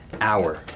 hour